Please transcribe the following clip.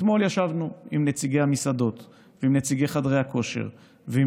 אתמול ישבנו עם נציגי המסעדות ועם נציגי חדרי הכושר ועם